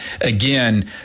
again